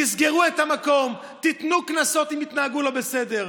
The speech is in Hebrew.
תסגרו את המקום, תיתנו קנסות אם התנהגו לא בסדר.